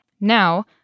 Now